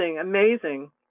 amazing